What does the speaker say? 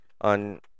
on